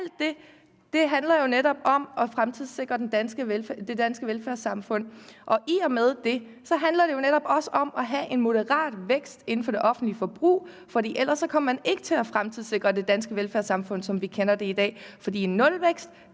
Alt det handler jo netop om at fremtidssikre det danske velfærdssamfund. Netop på grund af det handler det også om at have en moderat vækst inden for det offentlige forbrug, fordi man ellers ikke ville fremtidssikre det danske velfærdssamfund, som vi kender det i dag, fordi nulvækst